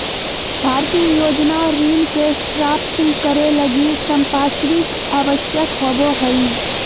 भारतीय योजना ऋण के प्राप्तं करे लगी संपार्श्विक आवश्यक होबो हइ